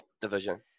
division